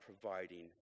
providing